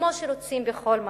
כמו שרוצים בכל מקום.